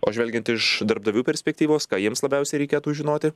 o žvelgiant iš darbdavių perspektyvos ką jiems labiausiai reikėtų žinoti